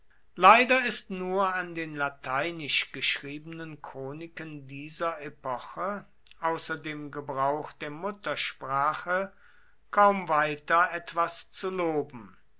leider ist nur an den lateinisch geschriebenen chroniken dieser epoche außer dem gebrauch der muttersprache kaum weiter etwas zu loben